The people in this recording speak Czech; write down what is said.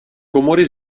komory